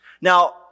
Now